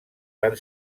fan